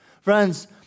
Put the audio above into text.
friends